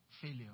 failure